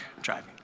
Driving